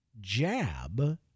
jab